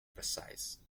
precise